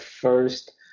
first